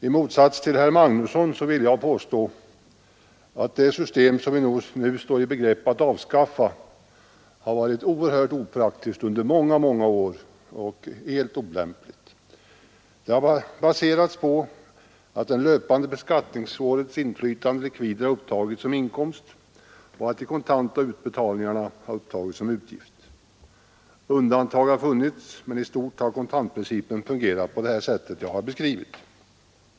I motsats till herr Magnusson i Borås vill jag påstå att det system som vi nu står i begrepp att avskaffa har varit oerhört opraktiskt under många många år och helt olämpligt. Det har baserats på att det löpande beskattningsårets inflytande likvider upptagits som inkomst och de kontanta utbetalningarna som utgift. Undantag har funnits, men i stort har kontantprincipen fungerat på det sätt som jag har beskrivit.